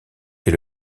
est